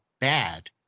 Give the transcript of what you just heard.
bad